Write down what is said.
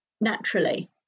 naturally